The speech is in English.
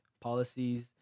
policies